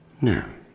No